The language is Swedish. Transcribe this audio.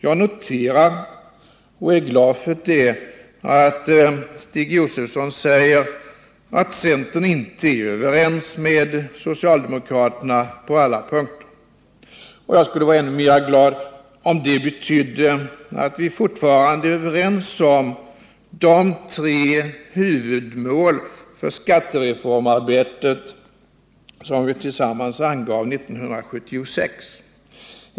Jag noterar och är glad för att Stig Josefson säger att centern inte är överens med socialdemokraterna på alla punkter. Jag skulle vara ännu gladare om det betydde att vi fortfarande är överens om de tre huvudmål för skattereformarbetet som vi tillsammans angav 1976.